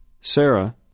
Sarah